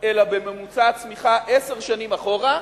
אלא בממוצע צמיחה עשר שנים אחורה,